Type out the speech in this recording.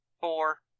four